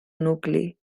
nucli